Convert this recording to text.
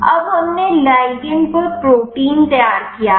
अब हमने लिगंड पर प्रोटीन तैयार किया है